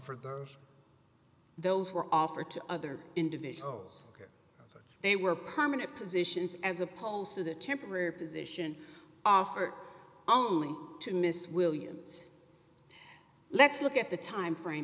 for those who are offered to other individuals or they were permanent positions as a pole so the temporary position offered only to miss williams let's look at the time frame